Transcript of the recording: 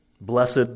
blessed